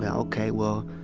and okay well,